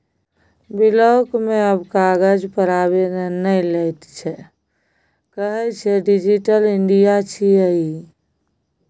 block मे आब कागज पर आवेदन नहि लैत छै कहय छै डिजिटल इंडिया छियै ई